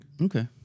Okay